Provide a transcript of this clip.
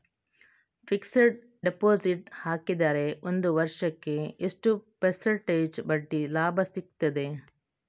Fixed deposit ಹಾಕಿದರೆ ಒಂದು ವರ್ಷಕ್ಕೆ ಎಷ್ಟು ಪರ್ಸೆಂಟೇಜ್ ಬಡ್ಡಿ ಲಾಭ ಸಿಕ್ತದೆ?